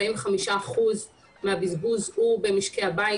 45 אחוזים מהבזבוז הוא במשקי הבית,